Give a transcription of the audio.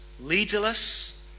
leaderless